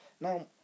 Now